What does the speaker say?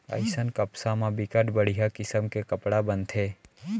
अइसन कपसा म बिकट बड़िहा किसम के कपड़ा बनथे